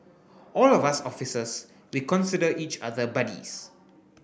all of us officers we consider each other buddies